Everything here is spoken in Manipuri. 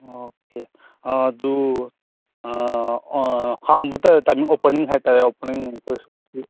ꯑꯣꯀꯦ ꯑꯗꯨ ꯍꯥꯡꯕ ꯇꯥꯏꯃꯤꯡ ꯑꯣꯄꯦꯅꯤꯡ ꯍꯥꯏꯇꯥꯔꯦ ꯑꯣꯄꯦꯅꯤꯡ